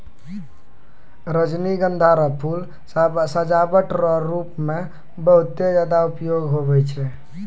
रजनीगंधा रो फूल सजावट रो रूप मे बहुते ज्यादा उपयोग हुवै छै